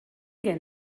gen